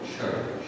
church